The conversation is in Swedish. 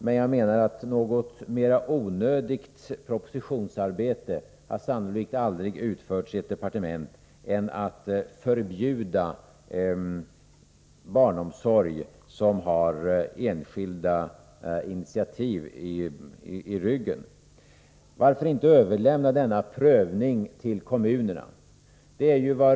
Men jag menar att det sannolikt aldrig har utförts något mera onödigt propositionsarbete i ett departement än att förbjuda barnomsorg som bygger på enskilda initiativ. Varför inte överlämna denna prövning till kommunerna?